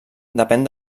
depèn